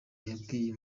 yabwiye